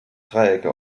dreiecke